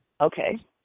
Okay